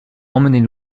emmenez